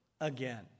again